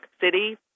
City